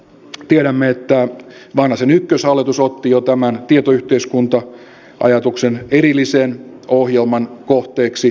tiedämme että vanhasen ykköshallitus otti jo tämän tietoyhteiskunta ajatuksen erillisen ohjelman kohteeksi